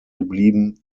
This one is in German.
geblieben